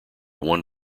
one